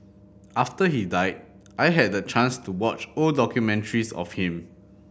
after he died I had the chance to watch old documentaries of him